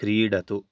क्रीडतु